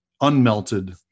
unmelted